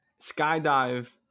skydive